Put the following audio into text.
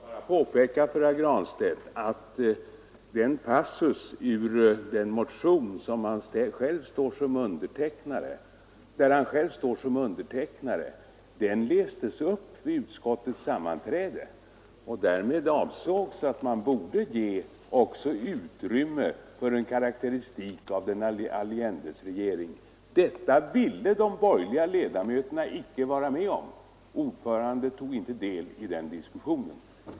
Herr talman! Låt mig bara påpeka för herr Granstedt att den passus i motionen 656 som detta gäller — herr Granstedt själv står ju som undertecknare av motionen — lästes upp vid utskottets sammanträde. Därmed avsågs att man också borde ge utrymme för en karakteristik av Allendes regering. Detta ville de borgerliga ledamöterna icke vara med om. Utskottets ordförande tog inte del i den diskussionen.